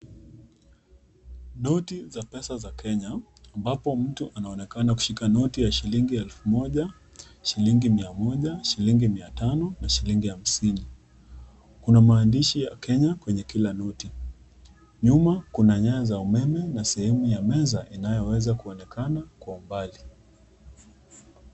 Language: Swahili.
Noti za pesa za Kenya ambapo mtu anaonekana kushika noti ya shilingi elfu moja, shilingi mia moja, shilingi mia tano na shilingi hamsini. Kuna maandishi ya Kenya kwenye kila noti. Nyuma kuna nyaya za umeme na sehemu ya meza inayoweza kuonekana kwa umbali.